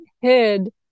hid